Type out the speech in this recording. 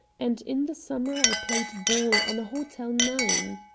and in the summer i played ball on a hotel nine.